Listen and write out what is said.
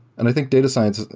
and i think data science,